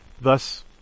Thus